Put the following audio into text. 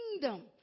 kingdom